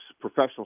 professional